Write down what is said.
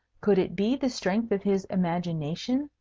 could it be the strength of his imagination,